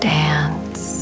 dance